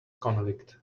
convict